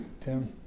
tim